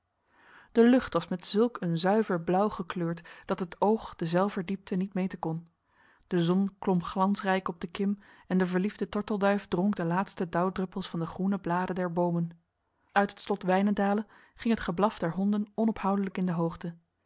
de lucht was met zulk een zuiver blauw gekleurd dat het oog derzelver diepte niet meten kon de zon klom glansrijk op de kim en de verliefde tortelduif dronk de laatste dauwdruppels van de groene bladen der bomen uit het slot wijnendale ging het geblaf der honden onophoudelijk in de hoogte